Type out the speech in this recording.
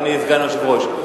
אדוני סגן היושב-ראש.